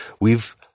We've